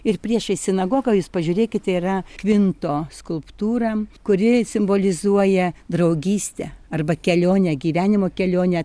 ir priešais sinagogą jūs pažiūrėkite yra kvinto skulptūra kuri simbolizuoja draugystę arba kelionę gyvenimo kelionę